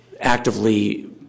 actively